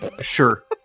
Sure